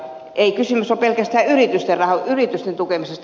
ei kysymys ole pelkästään yritysten tukemisesta